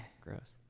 Gross